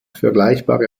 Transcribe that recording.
vergleichbare